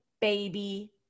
baby